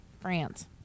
France